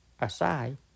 aside